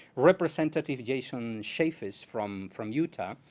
representative jason chaffetz from from utah.